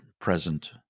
present